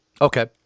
Okay